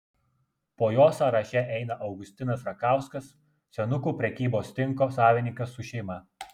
po jo sąraše eina augustinas rakauskas senukų prekybos tinko savininkas su šeima